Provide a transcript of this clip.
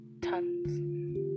Tons